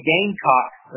Gamecocks